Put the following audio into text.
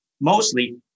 mostly